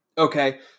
Okay